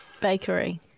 bakery